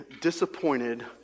disappointed